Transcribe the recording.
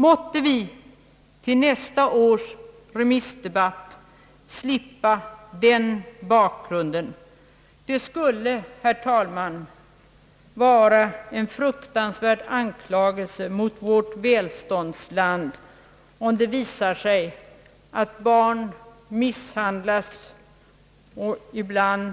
Måtte vi till nästa års remissdebatt slippa den bakgrunden. Det skulle vara en fruktansvärd anklagelse mot vårt välståndsland, herr talman, om det visar sig att barn misshandlas — ibland